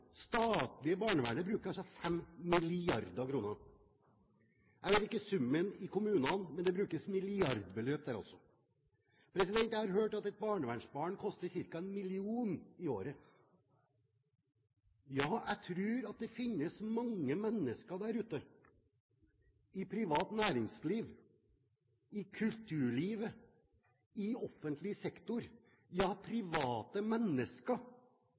statlige barnevernet, bruker altså 5 mrd. kr. Jeg vet ikke summen i kommunene, men det brukes milliardbeløp der også. Jeg har hørt at et barnevernsbarn koster ca. 1 mill. kr i året. Ja, jeg tror at det finnes mange mennesker der ute i privat næringsliv, i kulturlivet, i offentlig sektor – ja, private mennesker,